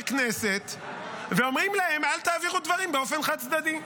כנסת ואומרים להם: אל תעבירו דברים באופן חד-צדדי,